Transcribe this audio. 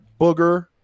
booger